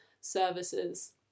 services